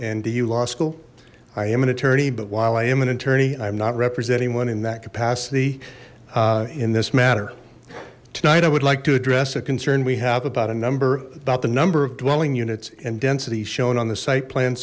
and eu law school i am an attorney but while i am an attorney i'm not representing one in that capacity in this matter tonight i would like to address a concern we have about a number about the number of dwelling units and densities shown on the site plan